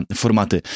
formaty